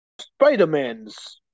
Spider-Man's